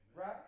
right